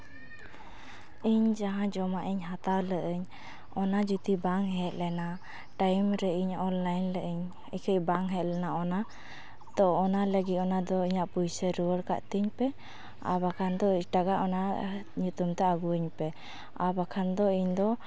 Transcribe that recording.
ᱤᱧ ᱡᱟᱦᱟᱸ ᱡᱚᱢᱟᱜ ᱦᱟᱛᱟᱣ ᱞᱮᱜ ᱟᱹᱧ ᱚᱱᱟ ᱡᱩᱫᱤ ᱵᱟᱝ ᱦᱮᱡ ᱞᱮᱱᱟ ᱴᱟᱭᱤᱢ ᱨᱮ ᱤᱧ ᱚᱱᱞᱟᱭᱤᱱ ᱞᱮᱜ ᱟᱹᱧ ᱤᱠᱷᱟᱹᱭ ᱵᱟᱝ ᱦᱮᱡ ᱞᱮᱱᱟ ᱚᱱᱟ ᱛᱚ ᱚᱱᱟ ᱞᱟᱹᱜᱤᱫ ᱤᱧᱟᱹᱜ ᱯᱩᱭᱥᱟᱹᱲ ᱠᱟᱛᱤᱧ ᱯᱮ ᱟᱨ ᱵᱟᱝᱠᱷᱟᱱ ᱫᱚ ᱮᱴᱟᱜᱼᱟ ᱚᱱᱟ ᱧᱩᱛᱩᱢᱛᱮ ᱟᱹᱜᱩ ᱟᱹᱧ ᱯᱮ ᱟᱨ ᱵᱟᱠᱷᱟᱱ ᱫᱚ ᱤᱧ ᱫᱚ